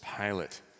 Pilate